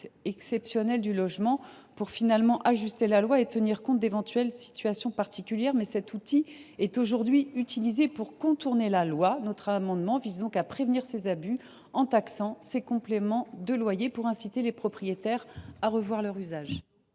exceptionnelles du logement et pour tenir compte de situations particulières. Mais cet outil est aujourd’hui utilisé pour contourner la loi. Notre amendement vise à prévenir ces abus, en taxant ces compléments de loyer pour inciter les propriétaires à revoir leur usage.